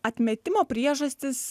atmetimo priežastys